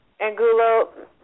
Angulo